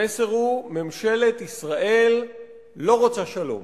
המסר הוא: ממשלת ישראל לא רוצה שלום.